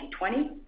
2020